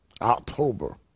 October